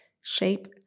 shape